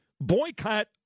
boycott